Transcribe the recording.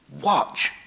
watch